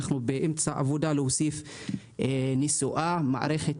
אנחנו באמצע עבודה להוסיף נסועה מערכת